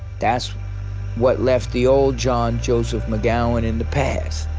that's what left the old john joseph mcgowan in the past.